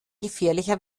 gefährlicher